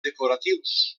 decoratius